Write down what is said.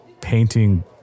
painting